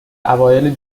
اوایل